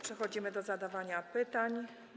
Przechodzimy do zadawania pytań.